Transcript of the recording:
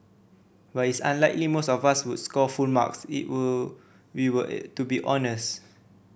but it's unlikely most of us would score full marks if were we were to be honest